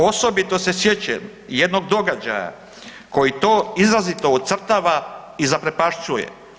Osobito se sjećam jedno događaja koji to izrazito ocrtava i zaprepašćuje.